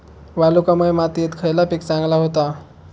वालुकामय मातयेत खयला पीक चांगला होता?